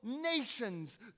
nations